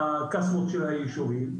בקסבות של הישובים.